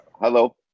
Hello